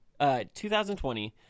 2020